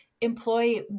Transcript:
employ